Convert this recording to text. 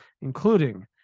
including